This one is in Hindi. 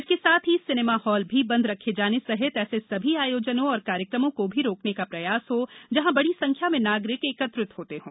इसके साथ ही सिनेमा हाल भी बंद रखे जाने सहित ऐसे सभी आयोजनों और कार्यक्रमों को भी रोकने का प्रयास हो जहाँ बड़ी संख्या में नागरिक एकत्रित होते हों